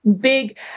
big